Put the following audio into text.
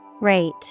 Rate